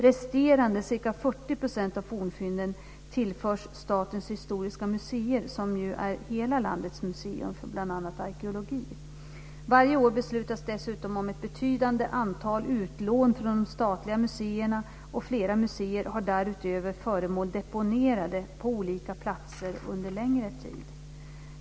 Resterande ca 40 % av fornfynden tillförs Statens historiska museer, som ju är hela landets museum för bl.a. arkeologi. Varje år beslutas dessutom om ett betydande antal utlån från de statliga museerna, och flera museer har därutöver föremål deponerade på olika platser under längre tid.